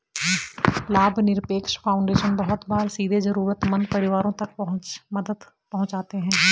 लाभनिरपेक्ष फाउन्डेशन बहुत बार सीधे जरूरतमन्द परिवारों तक मदद पहुंचाते हैं